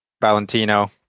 Valentino